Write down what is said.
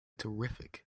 terrific